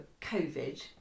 Covid